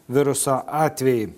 viruso atvejai